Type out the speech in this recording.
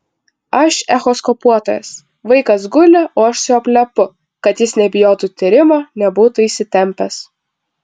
aš echoskopuotojas vaikas guli o aš su juo plepu kad jis nebijotų tyrimo nebūtų įsitempęs